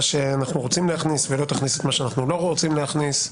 שאנחנו רוצים שתכניס ולא תכניס את מה שאנחנו לא רוצים להכניס,